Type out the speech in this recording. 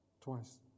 Twice